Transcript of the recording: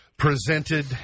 Presented